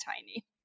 tiny